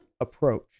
approach